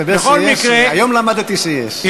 היום למדתי שיש.